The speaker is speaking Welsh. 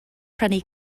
prynu